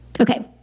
Okay